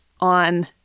on